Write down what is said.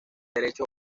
derecho